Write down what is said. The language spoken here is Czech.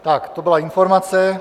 Tak to byla informace.